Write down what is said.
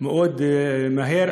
מאוד מהיר,